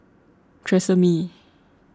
Tresemme